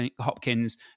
Hopkins